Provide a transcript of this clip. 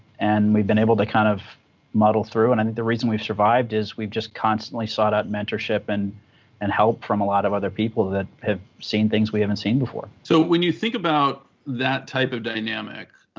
and we've been able to kind of muddle through, and i think the reason we've survived is we've just constantly sought out mentorship and and help from a lot of other people that have seen things we haven't seen before. mike green so when you think about that type of dynamic,